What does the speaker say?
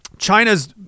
China's